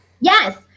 yes